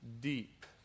deep